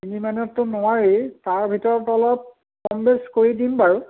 তিনি মানতটো নোৱাৰি তাৰ ভিতৰত অলপ কম বেচ কৰি দিম বাৰু